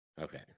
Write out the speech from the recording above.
Okay